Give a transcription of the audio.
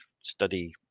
study